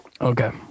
Okay